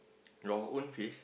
your own face